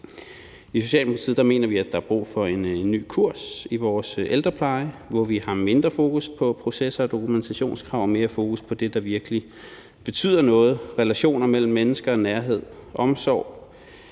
I Socialdemokratiet mener vi, at der er brug for en ny kurs i vores ældrepleje, hvor vi har mindre fokus på processer og dokumentationskrav og mere fokus på det, der virkelig betyder noget, relationer mellem mennesker, nærhed, omsorg